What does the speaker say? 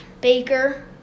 Baker